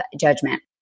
judgment